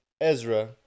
Ezra